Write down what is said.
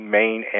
main